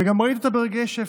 וגם ראית אותה ברגעי שפל,